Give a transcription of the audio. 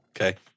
Okay